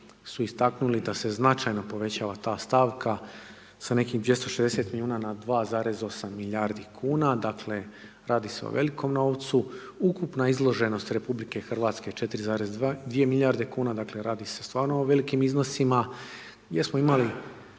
su istaknuli da se značajno povećava ta stavka sa nekih 260 milijuna na 2,8 milijardi kn. Dakle, radi se o velikom novcu, ukupna izloženost RH, 4,2 milijardi kn, dakle, radi se stvarno o velikim iznosima. Jesmo imali